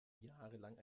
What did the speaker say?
jahrelang